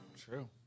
True